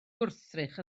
gwrthrych